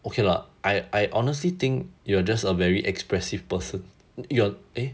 okay lah I I honestly think you are just a very expressive person you're eh